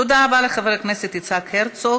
תודה רבה לחבר הכנסת יצחק הרצוג.